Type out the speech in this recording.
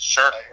Sure